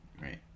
Right